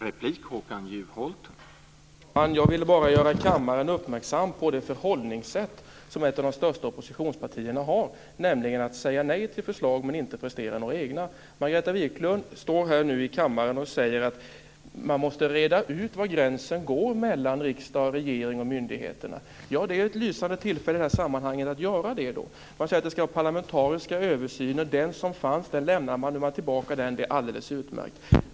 Herr talman! Jag vill bara göra kammaren uppmärksam på det förhållningssätt som ett av de största oppositionspartierna har, nämligen att säga nej till förslag och inte prestera några egna. Margareta Viklund säger nu att man måste reda ut var gränsen går mellan riksdag, regering och myndigheter. Det är ett lysande tillfälle att göra det nu. Man säger att det ska göras parlamentariska översyner, men man lämnade den som fanns. Nu är man tillbaka och det är alldeles utmärkt.